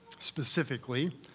specifically